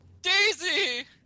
Daisy